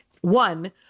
one